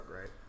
right